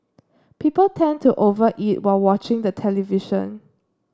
people tend to over eat while watching the television